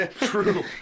True